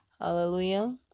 Hallelujah